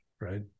right